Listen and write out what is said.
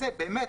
באמת,